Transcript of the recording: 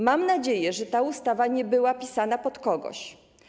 Mam nadzieję, że ta ustawa nie była pisana pod kogoś.